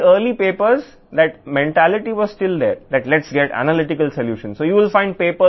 మీరు పేపర్లను చూస్తే ఆ మనస్తత్వం ఇప్పటికీ ఉంది విశ్లేషణాత్మక పరిష్కారాన్ని పొందుతాము